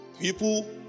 people